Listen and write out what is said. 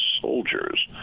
soldiers